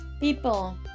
People